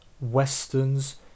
westerns